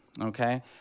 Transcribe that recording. okay